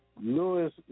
Lewis